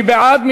מי בעד?